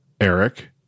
Eric